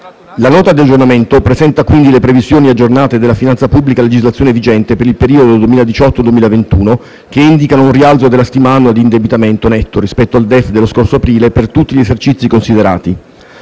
La Nota di aggiornamento presenta quindi le previsioni aggiornate della finanza pubblica a legislazione vigente per il periodo 2018-2021, che indicano un rialzo della stima annua di indebitamento netto rispetto al DEF dello scorso aprile per tutti gli esercizi considerati.